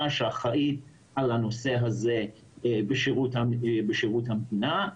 שאחראית על הנושא הזה בשירות המדינה,